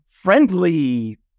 friendly